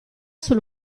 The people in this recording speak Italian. sul